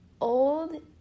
old